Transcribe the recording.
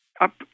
Up